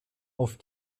auf